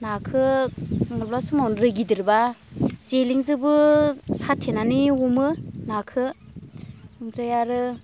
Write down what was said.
नाखौ माब्लाबा समाव दै गिदिरबा जेलिंजोबो साथेनानै हमो नाखौ ओमफ्राय आरो